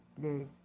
please